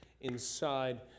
inside